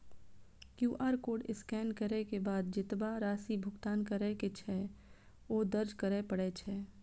QR code scan करै के बाद जेतबा राशि भुगतान करै के छै, ओ दर्ज करय पड़ै छै